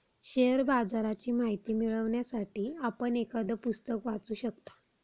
share बाजाराची माहिती मिळवण्यासाठी आपण एखादं पुस्तक वाचू शकता